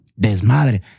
desmadre